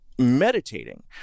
meditating